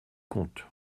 compte